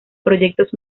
proyectos